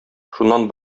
шуннан